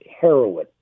heroin